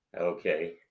Okay